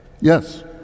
Yes